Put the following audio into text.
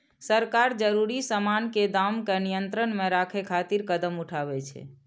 सरकार जरूरी सामान के दाम कें नियंत्रण मे राखै खातिर कदम उठाबै छै